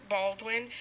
Baldwin